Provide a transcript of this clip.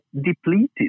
depleted